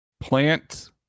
plant